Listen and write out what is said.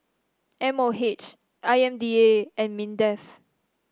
M O H I M D A and Mindef